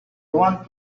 want